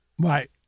Right